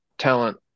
Talent